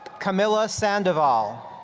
camilla sandoval.